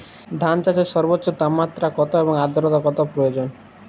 ধান চাষে সর্বোচ্চ তাপমাত্রা কত এবং আর্দ্রতা কত প্রয়োজন?